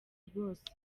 rwose